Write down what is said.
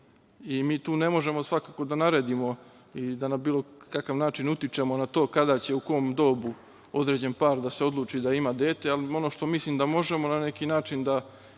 i mi tu ne možemo svakako da naredimo i da na bilo kakav način utičemo na to kada će u kom dobu određen par da se odluči da ima dete. Ono što mislim da možemo na neki način ili